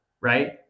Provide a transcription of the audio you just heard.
right